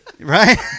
right